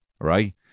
right